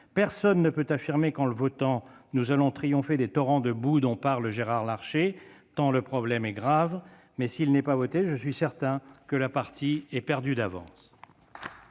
Personne ne peut affirmer qu'en l'adoptant nous allons triompher des « torrents de boue » dont parle Gérard Larcher tant le problème est grave. Mais s'il n'est pas adopté, je suis certain que la partie est perdue d'avance.